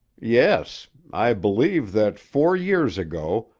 yes. i believe that four years ago,